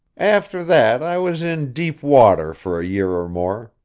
after that i was in deep water for a year or more,